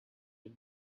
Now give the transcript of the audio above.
and